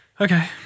Okay